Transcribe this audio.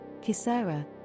Kisara